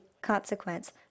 consequence